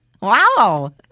Wow